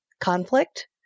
conflict